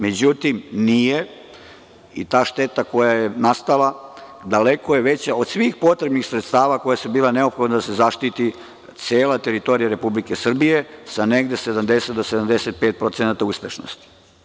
Međutim, nije i ta šteta koja je nastala daleko je veća od svih potrebnih sredstava koja su bila neophodna da se zaštiti cela teritorija Republike Srbije, sa negde 70% do 75% uspešnosti.